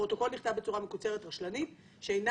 הפרוטוקול נכתב בצורה מקוצרת ורשלנית שאינה